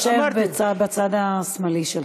השר יושב בצד השמאלי שלך.